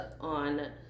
on